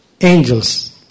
angels